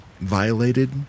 violated